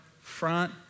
front